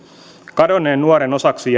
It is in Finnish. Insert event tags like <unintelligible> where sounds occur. kadonneen nuoren osaksi <unintelligible>